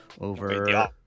over